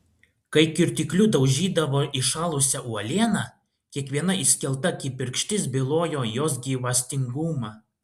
kai kirtikliu daužydavo įšalusią uolieną kiekviena išskelta kibirkštis bylojo jos gyvastingumą